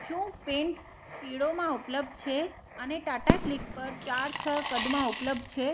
શું પેન્ટ પીળોમાં ઉપલબ્ધ છે અને ટાટા ક્લિક પર ચાર છ કદમાં ઉપલબ્ધ છે